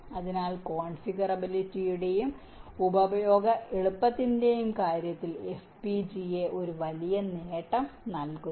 അതിനാൽ കോൺഫിഗറബിലിറ്റിയുടെയും ഉപയോഗ എളുപ്പത്തിന്റെയും കാര്യത്തിൽ FPGA ഒരു വലിയ നേട്ടം നൽകുന്നു